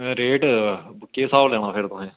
rate केह् स्हाब लैना फ्ही तुसें